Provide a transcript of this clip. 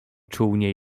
czółnie